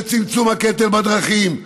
בצמצום הקטל בדרכים,